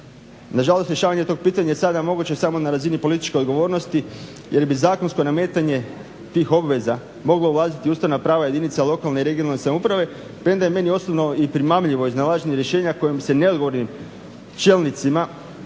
Nažalost, rješavanje tog pitanja je sada moguće samo na razini političke odgovornosti jer bi zakonsko nametanje tih obveza moglo ulaziti u ustavna prava jedinica lokalne i regionalne samouprave premda je meni osobno i primamljivo iznalaženje rješenja kojim se neodgovornim čelnicima